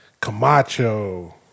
Camacho